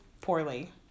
poorly